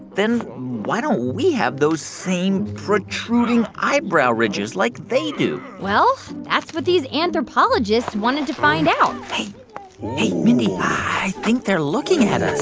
then why don't we have those same protruding eyebrow ridges like they do? well, that's what these anthropologists wanted to find out hey, hey, mindy, i think they're looking at us